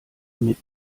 mit